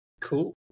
Cool